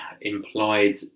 implied